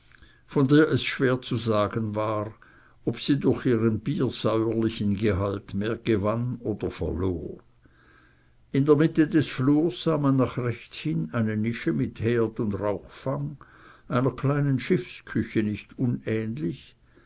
von der es schwer zu sagen war ob sie durch ihren biersäuerlichen gehalt mehr gewann oder verlor in der mitte des flurs sah man nach rechts hin eine nische mit herd und rauchfang einer kleinen schiffsküche nicht unähnlich